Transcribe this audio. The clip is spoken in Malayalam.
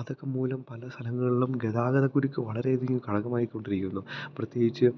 അതൊക്കെ മൂലം പല സ്ഥലങ്ങളിലും ഗതാഗത കുരുക്ക് വളരെയധികം ഭാഗമായി കൊണ്ടിരിക്കുന്നു പ്രത്യേകിച്ച്